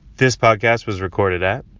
this podcast was recorded at.